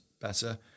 better